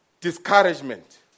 Discouragement